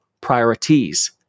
priorities